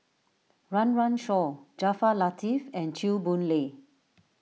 Run Run Shaw Jaafar Latiff and Chew Boon Lay